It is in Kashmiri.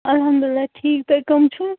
الحمداللہ ٹھیٖک تُہۍ کٕم چھُو